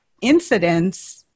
incidents